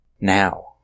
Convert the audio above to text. Now